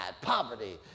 poverty